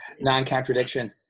non-contradiction